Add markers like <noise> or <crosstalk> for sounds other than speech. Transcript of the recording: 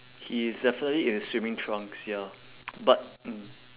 he is definitely in his swimming trunks ya <noise> but mm